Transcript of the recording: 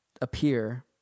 appear